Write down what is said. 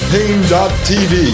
Pain.tv